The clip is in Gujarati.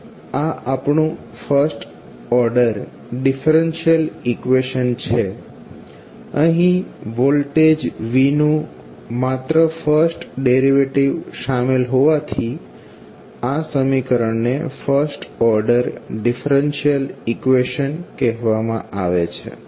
હવે આ આપણુ ફર્સ્ટ ઓર્ડર ડિફરેન્શિયલ ઇક્વેશન છે અહીં વોલ્ટેજ Vનું માત્ર ફર્સ્ટ ડેરિવેટિવ શામેલ હોવાથી આ સમીકરણ ને ફર્સ્ટ ઓર્ડર ડિફરેન્શિયલ ઇક્વેશન કહેવામાં આવે છે